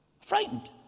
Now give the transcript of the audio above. frightened